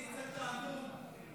זה תענוג.